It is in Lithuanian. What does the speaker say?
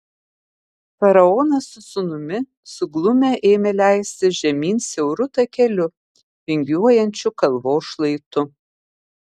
faraonas su sūnumi suglumę ėmė leistis žemyn siauru takeliu vingiuojančiu kalvos šlaitu